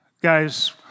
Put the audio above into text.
Guys